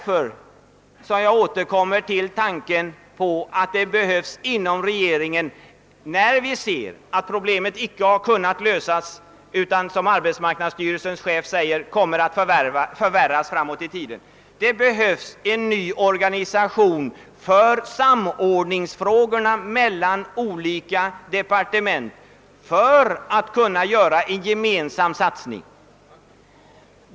När vi ser att problemet bara kommer att förvärras framåt i tiden, såsom arbetsmarknadsstyrelsens chef säger, återkommer jag till tanken att det behövs en ny organisation inom regeringen för samordning mellan olika projekt och gemensamma satsningar.